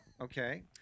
Okay